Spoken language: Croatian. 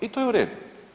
I to je u redu.